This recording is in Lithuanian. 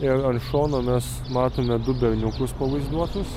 ir ant šono mes matome du berniukus pavaizduotus